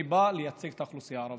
אני בא לייצג את האוכלוסייה הערבית,